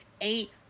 eight